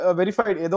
verified